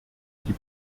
die